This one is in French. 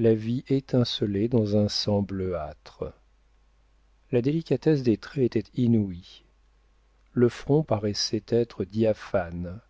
la vie étincelait dans un sang bleuâtre la délicatesse des traits était inouïe le front paraissait être diaphane